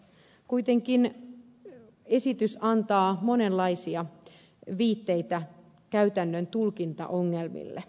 kuitenkin esitys antaa monenlaisia viitteitä käytännön tulkintaongelmille